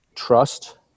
trust